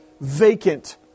vacant